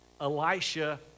Elisha